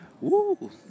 Woo